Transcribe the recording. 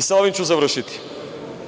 Sa ovim ću završiti.